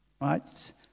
Right